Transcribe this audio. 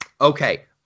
Okay